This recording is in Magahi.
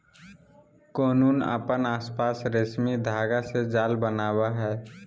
कोकून अपन आसपास रेशमी धागा से जाल बनावय हइ